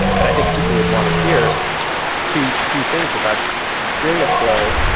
and i think people would want to hear two two things about experience flow,